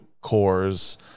cores